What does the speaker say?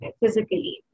physically